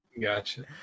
Gotcha